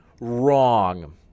Wrong